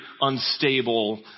unstable